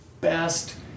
best